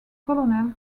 colonel